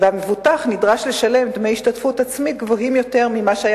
והמבוטח נדרש לשלם דמי השתתפות עצמית גבוהים יותר ממה שהיה